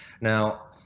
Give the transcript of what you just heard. Now